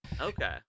Okay